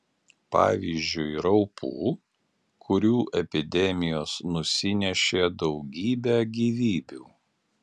pavyzdžiui raupų kurių epidemijos nusinešė daugybę gyvybių